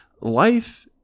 life